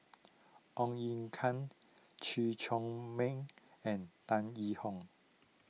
Ong Ye Kang Chew Chor Meng and Tan Yee Hong